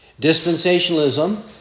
Dispensationalism